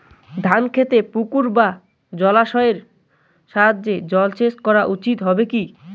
ধান খেতে পুকুর বা জলাশয়ের সাহায্যে জলসেচ করা উচিৎ হবে কি?